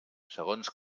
segons